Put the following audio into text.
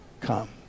Come